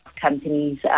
companies